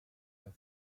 this